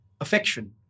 affection